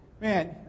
Man